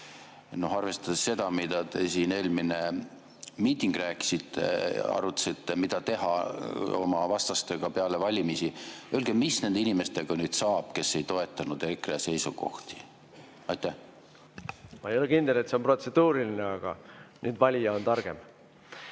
Arvestades seda, mida te siin eelmisel miitingul rääkisite ja arutasite, mida teha oma vastastega peale valimisi, öelge, mis nendest inimestest saab, kes ei toetanud EKRE seisukohti? Ma ei ole kindel, et see on protseduuriline. Aga nüüd valija on targem.